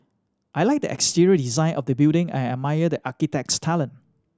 I like the exterior design of the building and I admire the architect's talent